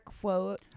quote